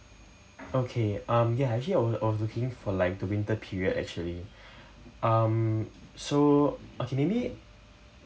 okay um ya actually I was I was looking for like the winter period actually um so okay maybe